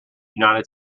united